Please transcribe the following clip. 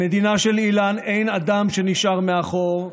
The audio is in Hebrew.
במדינה של אילן אין אדם שנשאר מאחור,